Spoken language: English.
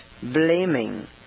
blaming